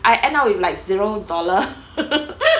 I end up with like zero dollar